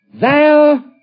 thou